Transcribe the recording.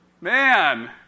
Man